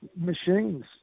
machines